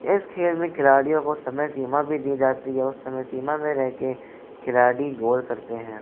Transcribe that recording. इस खेल में खिलाड़ियों को समय सीमा भी दी जाती है उस समय सीमा में रह के खिलाड़ी गोल करते हैं